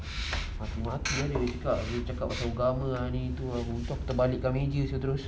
mati-mati dia cakap dia cakap pasal ugama ah ni tu aku terbalikkan meja sia terus